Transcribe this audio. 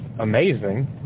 amazing